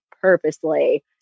purposely